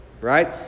right